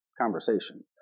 conversation